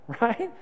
right